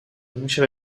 میشه